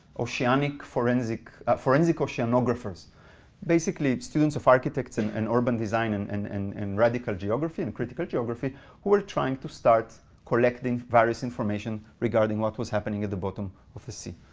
oceanic forensic forensic oceanographers basically students of architects and and urban design and and and and radical geography and critical geography who are trying to start collecting various information regarding what was happening at the bottom of the sea.